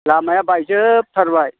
लामाया बायजोब थारबाय